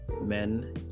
men